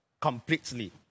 completely